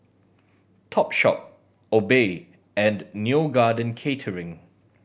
Topshop Obey and Neo Garden Catering